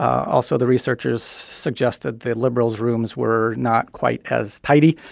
also the researchers suggested the liberals' rooms were not quite as tidy